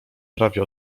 prawie